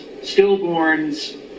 stillborns